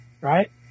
right